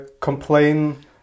complain